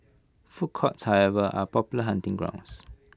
food courts however are popular hunting grounds